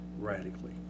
radically